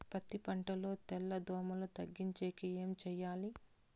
పత్తి పంటలో తెల్ల దోమల తగ్గించేకి ఏమి చేయాలి?